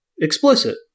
explicit